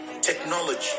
technology